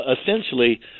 essentially